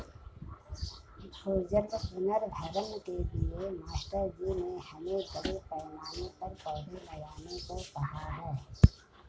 भूजल पुनर्भरण के लिए मास्टर जी ने हमें बड़े पैमाने पर पौधे लगाने को कहा है